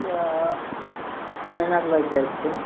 कए महिनाक लागि जाइत छै